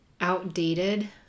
outdated